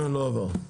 הצבעה 2 בעד, לא עבר.